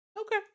Okay